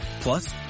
Plus